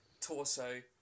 torso